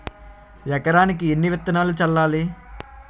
ఎకరానికి ఎన్ని విత్తనాలు చల్లాలి?